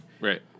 Right